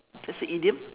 that's a idiom